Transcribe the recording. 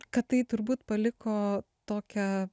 kad tai turbūt paliko tokią